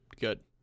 good